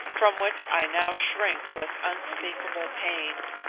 from which i now shrink with unspeakable pain.